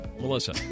Melissa